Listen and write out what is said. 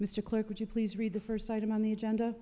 mr clerk would you please read the first item on the agenda